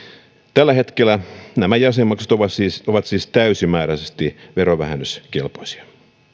tällä hetkellä nämä jäsenmaksut ovat siis täysimääräisesti verovähennyskelpoisia